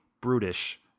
brutish